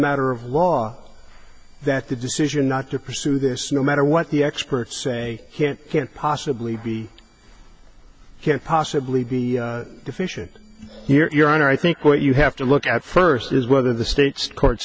matter of law that the decision not to pursue this no matter what the experts say can't can't possibly be can't possibly be deficient here your honor i think what you have to look at first is whether the state's court's